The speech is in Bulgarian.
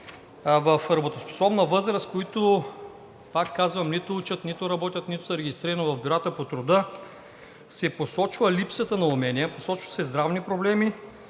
в работоспособна възраст, които, пак казвам, нито учат, нито работят, нито са регистрирани в бюрата по труда, се посочва липсата на умения, посочват се здравни проблеми,